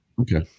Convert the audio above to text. Okay